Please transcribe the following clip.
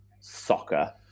soccer